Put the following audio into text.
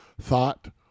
thought